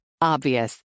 Obvious